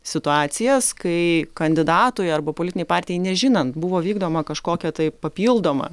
situacijas kai kandidatui arba politinei partijai nežinan buvo vykdoma kažkokia tai papildoma